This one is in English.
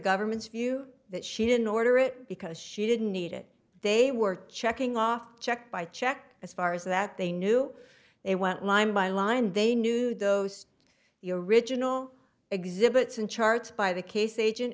government's view that she didn't order it because she didn't need it they were checking off checked by checked as far as that they knew they went line by line they knew those the original exhibits and charts by the case agent